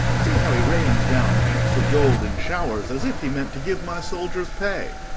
see, how he rains down heaps of gold in showers, as if he meant to give my soldiers pay!